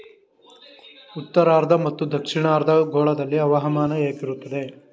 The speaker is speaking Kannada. ಉತ್ತರಾರ್ಧ ಮತ್ತು ದಕ್ಷಿಣಾರ್ಧ ಗೋಳದಲ್ಲಿ ಹವಾಮಾನ ಹೇಗಿರುತ್ತದೆ?